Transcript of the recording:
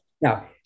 Now